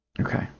Okay